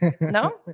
no